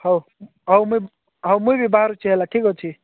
ହଉ ହଉ ମୁଇଁ ହଉ ମୁଇଁ ବାହାରୁଛି ହେଲା ଠିକ୍ ଅଛି